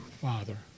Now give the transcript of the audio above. Father